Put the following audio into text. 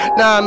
Nah